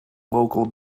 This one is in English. local